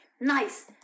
Nice